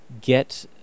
get